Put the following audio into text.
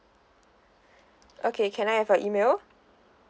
okay can I have your email